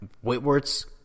Whitworth's